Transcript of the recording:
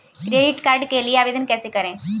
Credit card के लिए आवेदन कैसे करें?